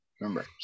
remember